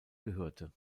gehörte